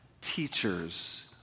teachers